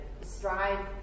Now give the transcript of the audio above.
strive